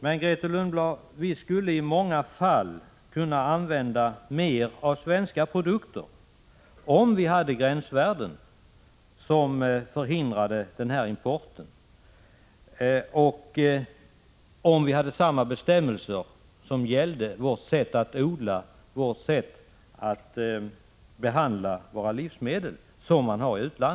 Men, Grethe Lundblad, vi skulle i många fall kunna använda mera av svenska produkter om vi hade gränsvärden som förhindrade den här importen. Samma bestämmelser för importen som gäller för vårt sätt att odla och vårt sätt att behandla våra livsmedel borde gälla.